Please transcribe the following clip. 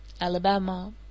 Alabama